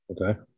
Okay